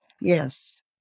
Yes